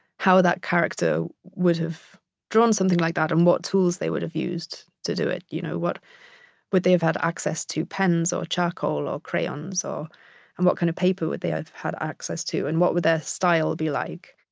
how that character would have drawn something like that and what tools they would have used to do it. you know, would they have had access to pens, or charcoal, or crayons, and what kind of paper would they ah have had access to and what would their style be like?